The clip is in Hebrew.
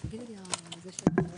דרך מי אתם מעבירים את זה?